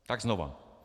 Tak znovu.